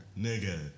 Nigga